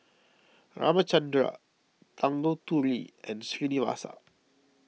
Ramchundra Tanguturi and Srinivasa